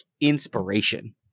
inspiration